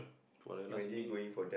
for your last minute